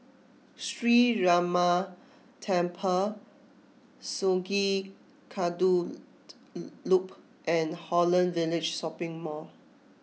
Sree Ramar Temple Sungei Kadut Loop and Holland Village Shopping Mall